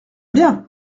bien